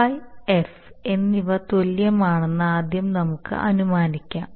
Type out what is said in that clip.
Fi F എന്നിവ തുല്യമാണെന്ന് ആദ്യം നമുക്ക് അനുമാനിക്കാം